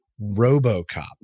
robocop